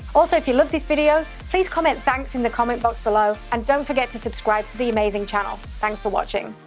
also, if you loved this video, please comment thanks in the comment box below. and don't forget to subscribe to the amazing channel. thanks for watching.